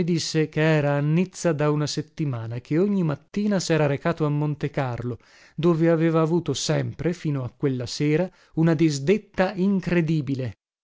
i disse che era a nizza da una settimana e che ogni mattina sera recato a montecarlo dove aveva avuto sempre fino a quella sera una disdetta incredibile